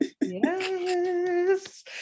Yes